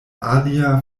alia